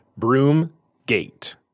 Broomgate